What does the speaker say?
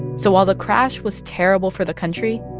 so while the crash was terrible for the country,